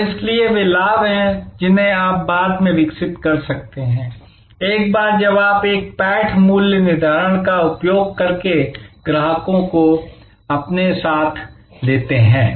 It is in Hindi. और इसलिए वे लाभ हैं जिन्हें आप बाद में विकसित कर सकते हैं एक बार जब आप एक पैठ मूल्य निर्धारण का उपयोग करके ग्राहकों को अपने साथ लेते हैं